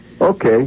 okay